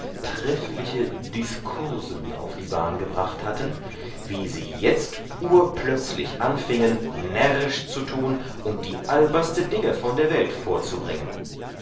treffliche diskursen auf die bahn gebracht hatten wie sie jetzt urplötzlich anfiengen närrisch zu tun und die alberste dinge von der welt vorzubringen